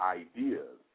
ideas